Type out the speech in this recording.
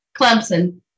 Clemson